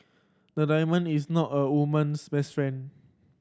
a diamond is not a woman's best friend